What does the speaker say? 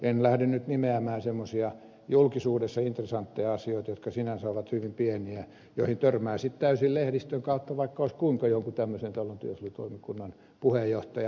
en nyt lähde nimeämään semmoisia julkisuudelle intresantteja asioita jotka sinänsä ovat hyvin pieniä ja joihin törmää sitten täysin lehdistön kautta vaikka olisi kuinka jonkun tämmöisen työsuojelutoimikunnan puheenjohtaja